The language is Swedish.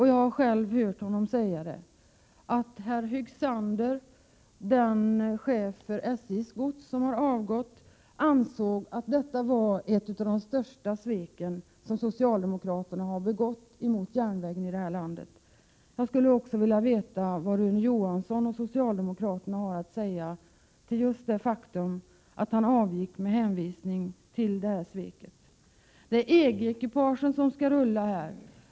Jag vet att herr Högsander — den chef för SJ:s gods som har avgått — ansåg att detta var ett av de största svek som socialdemokraterna har begått mot järnvägen i landet. Jag har själv hört honom säga detta. Vidare skulle jag vilja veta vad Rune Johansson och socialdemokraterna har att säga om just det faktum att han avgick med hänvisning till detta svek. Det är EG-ekipagen som skall rulla här.